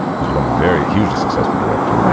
has become a very, hugely successful director.